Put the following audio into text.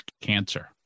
cancer